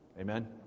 Amen